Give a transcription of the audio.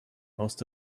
most